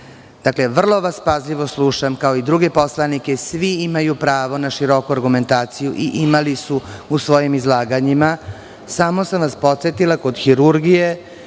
Vrlo vas pažljivo slušam, kao i druge poslanike i svi imaju pravo na široku argumentaciju i imali su je u svojimizlaganjima. Samo sam vas podsetila kod hirurgije